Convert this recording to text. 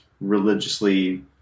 religiously